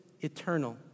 eternal